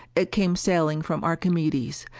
it came sailing from archimedes,